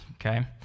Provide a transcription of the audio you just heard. okay